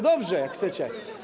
Dobrze, jak chcecie.